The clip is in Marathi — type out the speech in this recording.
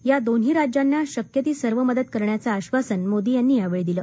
या दोन्ही राज्यांना शक्य ती सर्व मदत करण्याचं आक्षासन मोदी यांनी यावेळी दिलं